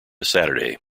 saturday